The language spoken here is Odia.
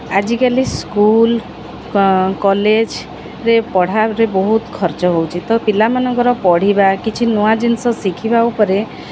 ଆଜିକାଲି ସ୍କୁଲ୍ କଲେଜ୍ରେ ପଢ଼ାବାରେ ବହୁତ ଖର୍ଚ୍ଚ ହେଉଛି ତ ପିଲାମାନଙ୍କର ପଢ଼ିବା କିଛି ନୂଆ ଜିନିଷ ଶିଖିବା ଉପରେ